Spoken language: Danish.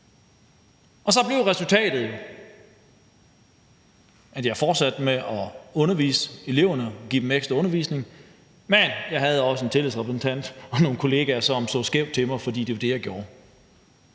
Så blev resultatet jo, at jeg fortsatte med at undervise eleverne og give dem ekstra undervisning, men jeg havde også en tillidsrepræsentant og nogle kollegaer, som så skævt til mig, fordi jeg gjorde